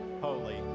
holy